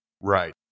Right